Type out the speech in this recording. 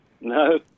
no